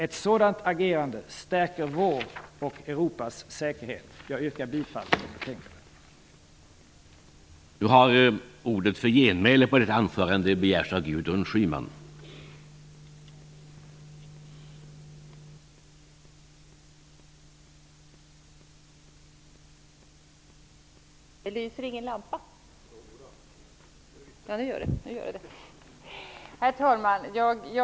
Ett sådant agerande stärker vår och Europas säkerhet. Jag yrkar bifall till utskottets hemställan.